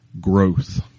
growth